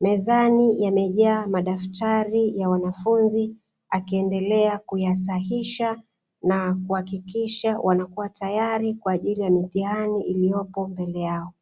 mezani yamejaa madaftari ya wanafunzi akiendelea kuyasahisha na kuhakikisha wanakuwa tayari kwa ajili ya mitihani iliyopo mbele yao.